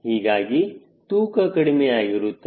ಹೀಗಾಗಿ ತೂಕ ಕಡಿಮೆಯಾಗುತ್ತದೆ